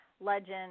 legend